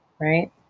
right